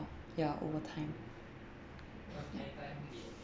ya over time